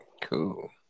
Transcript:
Cool